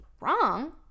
wrong